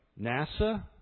NASA